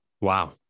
Wow